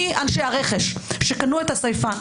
מי אנשי הרכש שקנו את הסייפן?